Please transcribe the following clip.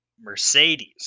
Mercedes